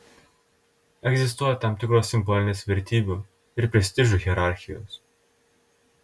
egzistuoja tam tikros simbolinės vertybių ir prestižų hierarchijos